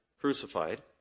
crucified